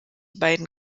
beiden